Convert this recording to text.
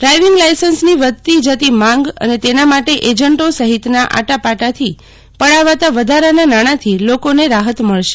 driving લાયસન્સની વધતી જતી માંગ અને તેના માટે એજની સહિતના આટાપાટાથી પડાવાતા નાણાથી લોીને રાહત મળશે